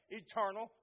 eternal